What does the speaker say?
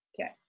Okay